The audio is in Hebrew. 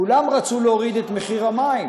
כולם רצו להוריד את מחיר המים.